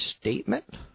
statement